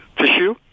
tissue